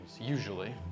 usually